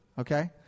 Okay